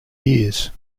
years